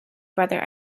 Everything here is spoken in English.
brother